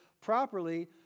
properly